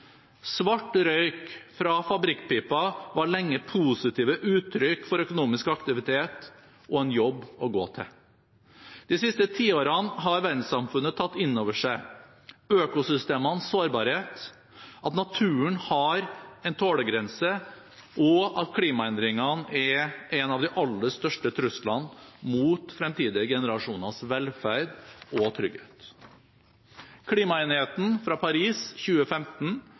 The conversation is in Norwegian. Svart røyk fra fabrikkpiper var lenge positive uttrykk for økonomisk aktivitet og en jobb å gå til. De siste tiårene har verdenssamfunnet tatt inn over seg økosystemenes sårbarhet, at naturen har en tålegrense, og at klimaendringene er en av de aller største truslene mot fremtidige generasjoners velferd og trygghet. Klimaenigheten fra Paris 2015